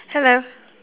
hello